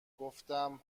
گفتم